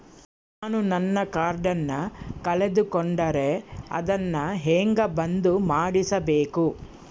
ನಾನು ನನ್ನ ಕಾರ್ಡನ್ನ ಕಳೆದುಕೊಂಡರೆ ಅದನ್ನ ಹೆಂಗ ಬಂದ್ ಮಾಡಿಸಬೇಕು?